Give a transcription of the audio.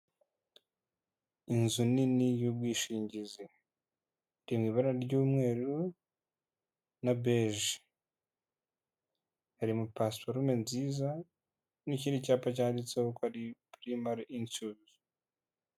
Inzu nini y'ubwishingizi. Iri mu ibara ry'umweru na beje. Hari na pasiparume nziza n'ikindi cyapa cyanditseho ko ari purimari incu.